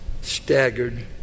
staggered